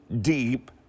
deep